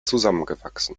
zusammengewachsen